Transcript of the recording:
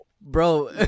Bro